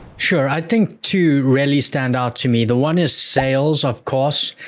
sure, i think two really stand out to me, the one is sales of course,